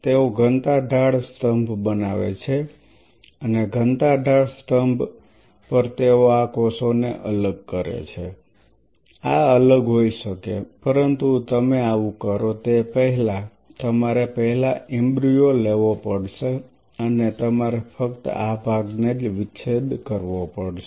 તેઓ ઘનતા ઢાળ સ્તંભ બનાવે છે અને ઘનતા ઢાળ સ્તંભ પર તેઓ આ કોષોને અલગ કરે છે આ અલગ હોય શકે પરંતુ તમે આવું કરો તે પહેલાં તમારે પહેલા એમ્બ્રિઓ લેવો પડશે અને તમારે ફક્ત આ ભાગને જ વિચ્છેદ કરવો પડશે